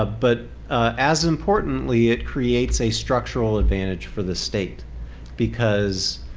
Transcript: ah but as importantly, it creates a structural advantage for the state because